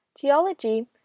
Geology